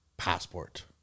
passport